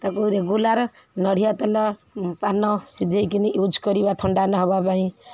ତା'କୁ ରେଗୁଲାର୍ ନଡ଼ିଆ ତେଲ ପାନ ସିଝେଇକିନି ୟୁଜ୍ କରିବା ଥଣ୍ଡା ନ ହେବା ପାଇଁ